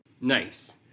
Nice